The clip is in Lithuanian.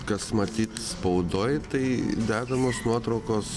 kas matyt spaudoj tai dedamos nuotraukos